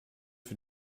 für